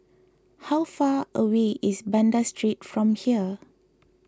how far away is Banda Street from here